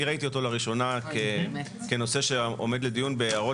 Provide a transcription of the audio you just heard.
אני ראיתי אותו לראשונה כנושא שעומד לדיון בהערות